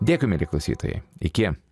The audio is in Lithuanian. dėkui mieli klausytojai iki